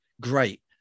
Great